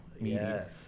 yes